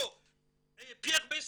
פייר בסננו,